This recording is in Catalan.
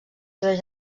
seves